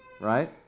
Right